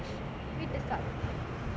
with the start